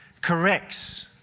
corrects